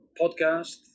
podcast